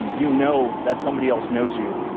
you know that somebody else knows you.